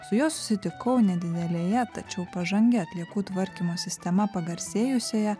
su juo susitikau nedidelėje tačiau pažangia atliekų tvarkymo sistema pagarsėjusioje